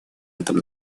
этом